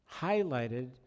highlighted